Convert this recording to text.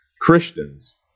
Christians